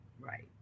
Right